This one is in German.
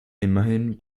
immerhin